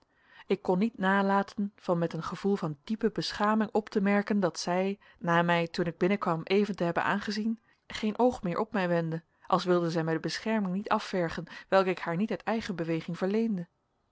ik kon niet nalaten van met een gevoel van diepe beschaming op te merken dat zij na mij toen ik binnenkwam even te hebben aangezien geen oog meer op mij wendde als wilde zij mij de bescherming niet afvergen welke ik haar niet uit eigen beweging verleende